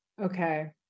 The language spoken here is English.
Okay